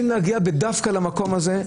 להגיע למקום הזה,